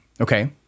Okay